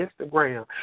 Instagram